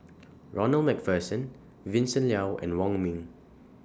Ronald MacPherson Vincent Leow and Wong Ming